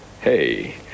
Hey